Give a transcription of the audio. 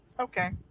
Okay